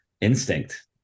instinct